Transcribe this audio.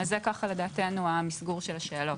אז, זה ככה לדעתנו המסגור של השאלות.